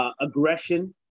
aggression